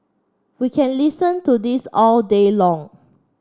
we can listen to this all day long